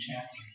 chapter